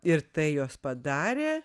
ir tai jos padarė